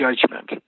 judgment